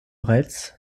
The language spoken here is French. retz